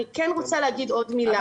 אני רוצה להגיד עוד מילה.